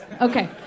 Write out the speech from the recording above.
Okay